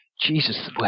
Jesus